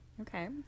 Okay